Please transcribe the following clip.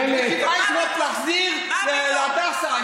אני אמרתי לפתוח מחלקה בשערי צדק?